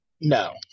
no